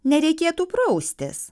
nereikėtų praustis